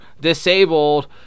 disabled